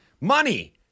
money